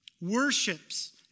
worships